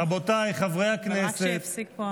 רבותיי חברי הכנסת.